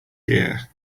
year